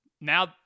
Now